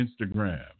Instagram